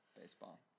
baseball